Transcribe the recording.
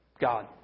God